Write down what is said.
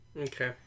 Okay